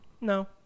No